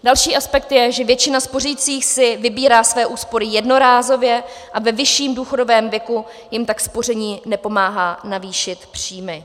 Další aspekt je, že většina spořících si vybírá své úspory jednorázově a ve vyšším důchodovém věku jim tak spoření nepomáhá navýšit příjmy.